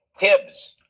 Tibs